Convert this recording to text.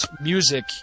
music